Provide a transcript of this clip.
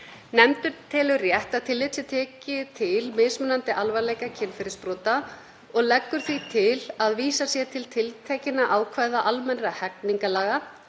Nefndin telur rétt að tillit sé tekið til mismunandi alvarleika kynferðisbrota og leggur því til að vísað sé til tiltekinna ákvæða almennra hegningarlaga,